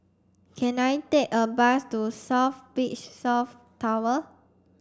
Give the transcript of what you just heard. can I take a bus to South Beach South Tower